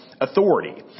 authority